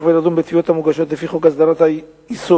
ולדון בתביעות המוגשות לפי חוק הסדרת העיסוק